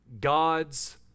God's